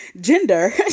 Gender